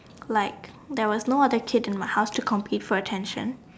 like there was no other kid in my house to compete for attention